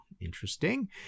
Interesting